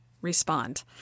respond